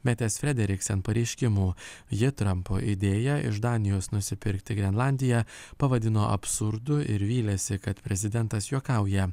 metės frederiksen pareiškimų ji trampo idėją iš danijos nusipirkti grenlandiją pavadino absurdu ir vylėsi kad prezidentas juokauja